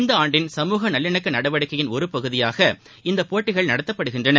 இவ்வாண்டின் சமூக நல்லினக்க நடவடிக்கையின் ஒரு பகுதியாக இந்த போட்டிகள் நடத்தப்படுகின்றன